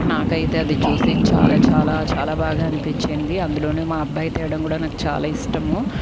నాకైతే అది చూసి చాలా చాలా చాలా బాగా అనిపించింది అందులోను మా అబ్బాయి తేవడం కూడా నాకు చాలా ఇష్టము